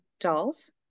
dolls